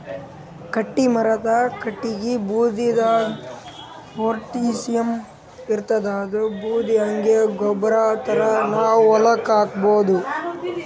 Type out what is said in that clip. ಗಟ್ಟಿಮರದ್ ಕಟ್ಟಗಿ ಬೂದಿದಾಗ್ ಪೊಟ್ಯಾಷಿಯಂ ಇರ್ತಾದ್ ಅದೂ ಬೂದಿ ಹಂಗೆ ಗೊಬ್ಬರ್ ಥರಾ ನಾವ್ ಹೊಲಕ್ಕ್ ಹಾಕಬಹುದ್